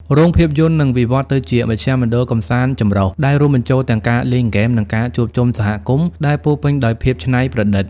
រោងភាពយន្តនឹងវិវឌ្ឍទៅជាមជ្ឈមណ្ឌលកម្សាន្តចម្រុះ ដែលរួមបញ្ចូលទាំងការលេងហ្គេម និងការជួបជុំសហគមន៍ដែលពោរពេញដោយភាពច្នៃប្រឌិត។